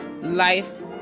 life